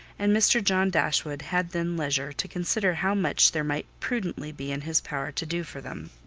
and mr. john dashwood had then leisure to consider how much there might prudently be in his power to do for them.